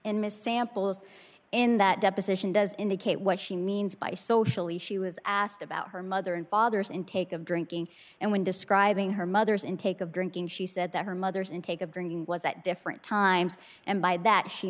and ms samples in that deposition does indicate what she means by socially she was asked about her mother and father's intake of drinking and when describing her mother's intake of drinking she said that her mother's intake of drinking was at different times and by that she